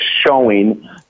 showing